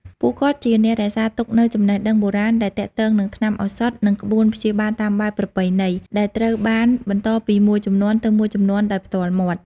ពួកគាត់ជាអ្នករក្សាទុកនូវចំណេះដឹងបុរាណដែលទាក់ទងនឹងថ្នាំឱសថ និងក្បួនព្យាបាលតាមបែបប្រពៃណី ដែលត្រូវបានបន្តពីមួយជំនាន់ទៅមួយជំនាន់ដោយផ្ទាល់មាត់។